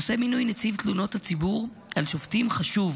נושא מינוי נציב תלונות הציבור על שופטים חשוב,